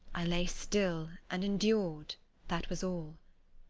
i lay still and endured that was all.